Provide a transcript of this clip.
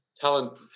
talent